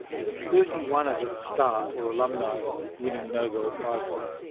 with thirty one of its staff or alumni winning nobel prizes.